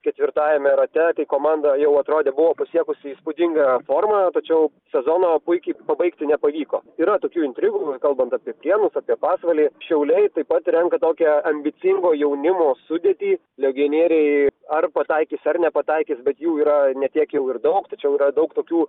ketvirtajame rate kai komanda jau atrodė buvo pasiekusi įspūdingą formą tačiau sezono puikiai pabaigti nepavyko yra tokių intrigų kalbant apie prienus apie pasvalį šiauliai taip pat renka tokią ambicingo jaunimo sudėtį legionieriai ar pataikys ar nepataikys bet jų yra ne tiek jau ir daug tačiau yra daug tokių